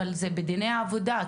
אבל זה בדיני העבודה,